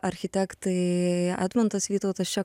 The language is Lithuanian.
architektai edmundas vytautas čia